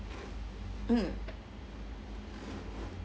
mm